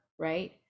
right